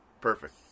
perfect